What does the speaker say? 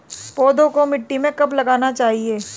पौधे को मिट्टी में कब लगाना चाहिए?